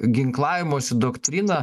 ginklavimosi doktriną